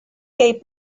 kaj